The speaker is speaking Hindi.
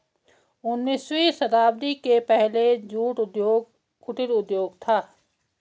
उन्नीसवीं शताब्दी के पहले जूट उद्योग कुटीर उद्योग था